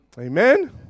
Amen